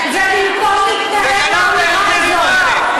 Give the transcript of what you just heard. ומפה מתנהלת האמירה הזאת,